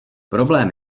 problém